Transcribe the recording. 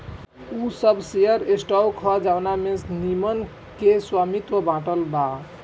उ सब share stock ह जवना में निगम के स्वामित्व बाटल बा